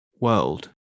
world